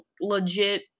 legit